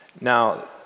Now